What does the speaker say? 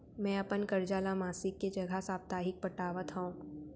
मै अपन कर्जा ला मासिक के जगह साप्ताहिक पटावत हव